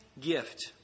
gift